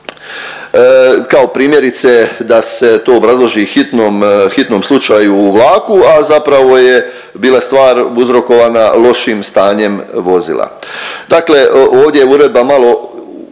kao primjerice da se to obrazloži hitnom, hitnom slučaju u vlaku a zapravo je bila stvar uzrokovana lošim stanjem vozila. Dakle, ovdje je uredba malo